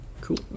Cool